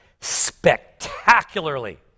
spectacularly